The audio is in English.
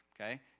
okay